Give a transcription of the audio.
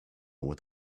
with